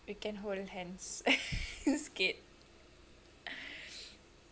we can hold hands and skate